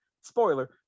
spoiler